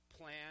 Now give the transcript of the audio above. plan